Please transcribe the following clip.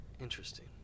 Interesting